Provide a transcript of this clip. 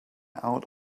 out